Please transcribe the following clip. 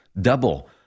Double